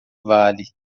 vale